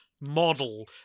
model